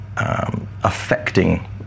Affecting